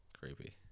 Creepy